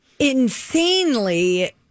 Insanely